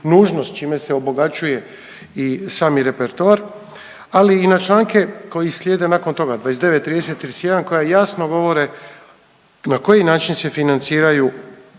čime se obogaćuje i sami repertoar, ali i na članke koji slijede nakon toga 29., 30., 31. koja jasno govore na koji način se financiraju